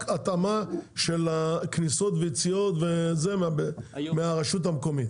התאמה של הכניסות והיציאות מהרשות המקומית?